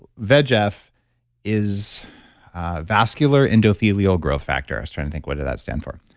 vegf is a vascular endothelial growth factor. i was trying to think what did that stand for?